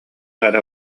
эрэ